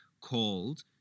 called